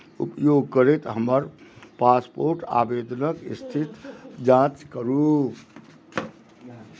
उपयोग करैत हमर पासपोर्ट आवेदनक स्थिति जाँच करू